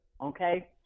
Okay